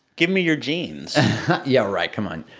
give me your genes yeah, right, come on.